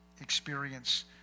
experience